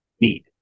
need